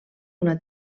una